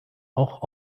auch